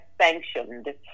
sanctioned